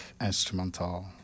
instrumental